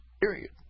period